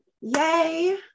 Yay